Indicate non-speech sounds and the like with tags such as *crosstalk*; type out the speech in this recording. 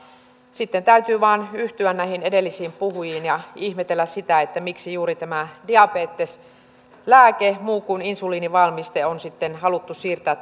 sitten täytyy vain yhtyä näihin edellisiin puhujiin ja ihmetellä sitä miksi juuri tämä diabeteslääke muu kuin insuliinivalmiste on sitten haluttu siirtää *unintelligible*